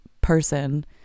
person